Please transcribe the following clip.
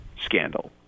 scandal